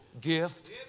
gift